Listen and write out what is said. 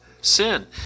sin